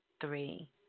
three